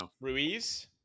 Ruiz